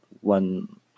one